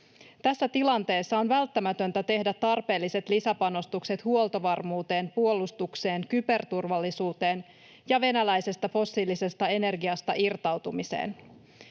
Tässä tilanteessa on välttämätöntä tehdä tarpeelliset lisäpanostukset huoltovarmuuteen, puolustukseen, kyberturvallisuuteen ja venäläisestä fossiilisesta energiasta irtautumiseen.